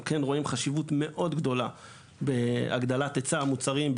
כן רואים חשיבות מאוד גדולה בהגדלת היצע המוצרים,